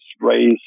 raise